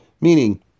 meaning